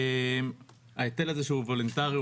ההיטל הזה שהוא וולונטרי,